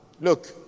look